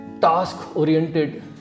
task-oriented